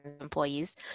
employees